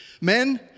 Men